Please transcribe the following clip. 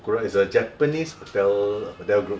okura is a japanese hotel hotel group